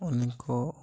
ଅନେକ